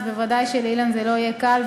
בוודאי לאילן זה לא יהיה קל,